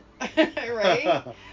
right